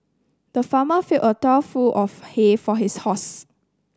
the farmer filled a trough full of hay for his horse